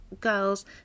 girls